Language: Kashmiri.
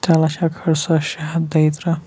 ترٛےٚ لچھ اَکہٕ ہٲٹھ ساس شےٚ ہَتھ دوٚیہِ تٕرٛہ